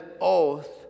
oath